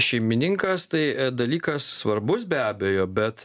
šeimininkas tai dalykas svarbus be abejo bet